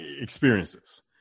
experiences